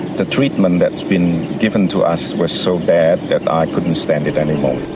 the treatment that's been given to us was so bad that i couldn't stand it anymore.